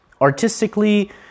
Artistically